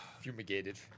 fumigated